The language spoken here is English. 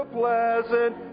pleasant